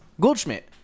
Goldschmidt